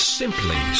simply